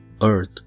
earth